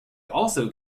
also